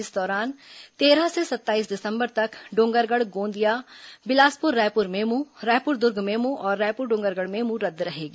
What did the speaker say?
इस दौरान तेरह से सत्ताईस दिसंबर तक डोंगरगढ गोंदिया बिलासपुर रायपुर मेम्र रायपुर द्र्ग मेम् और रायपुर डोंगरगढ मेमू रद्द रहेगी